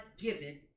given